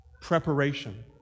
preparation